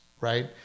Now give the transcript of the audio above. Right